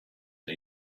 and